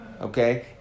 okay